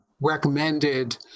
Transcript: recommended